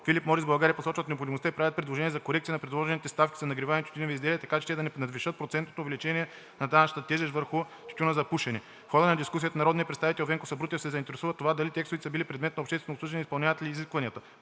„Филип Морис България“ посочват необходимостта и правят предложение за корекция на предложените ставки за нагреваеми тютюневи изделия, така че те да не надвишават процентното увеличение на данъчната тежест върху тютюна за пушене. В хода на дискусията народният представител Венко Сабрутев се заинтересува от това дали текстовете са били предмет на обществено обсъждане и изпълняват ли изискванията.